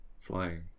flying